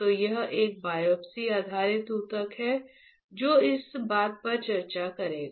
तो यह एक बायोप्सी आधारित ऊतक है जो इस बात पर चर्चा करेगा